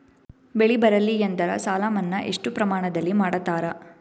ಬೆಳಿ ಬರಲ್ಲಿ ಎಂದರ ಸಾಲ ಮನ್ನಾ ಎಷ್ಟು ಪ್ರಮಾಣದಲ್ಲಿ ಮಾಡತಾರ?